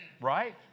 Right